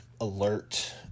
alert